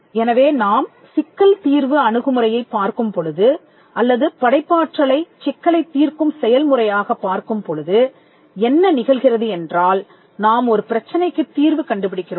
எனவே நாம் சிக்கல் தீர்வு அணுகுமுறையைப் பார்க்கும் பொழுது அல்லது படைப்பாற்றலைச் சிக்கலைத் தீர்க்கும் செயல்முறையாகப் பார்க்கும் போது என்ன நிகழ்கிறது என்றால்நாம் ஒரு பிரச்சினைக்கு தீர்வு கண்டு பிடிக்கிறோம்